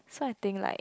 so I think like